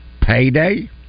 payday